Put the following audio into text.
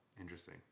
interesting